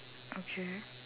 okay